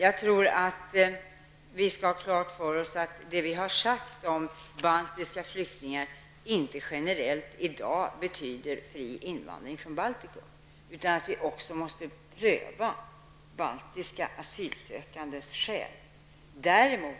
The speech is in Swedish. Jag tror att vi skall ha klart för oss att det som vi har sagt om baltiska flyktingar inte generellt i dag betyder fri invandring från Baltikum. Vi måste också pröva baltiska asylsökandes skäl. Däremot